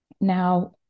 Now